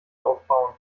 aufbauen